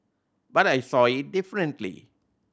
but I saw it differently